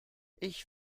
ich